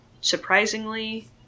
surprisingly